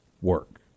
work